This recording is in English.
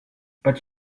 but